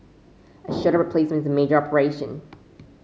a shoulder replacement is a major operation